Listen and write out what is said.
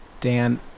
dan